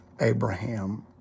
Abraham